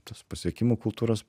tos pasiekimų kultūros